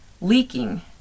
leaking